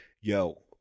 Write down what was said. yo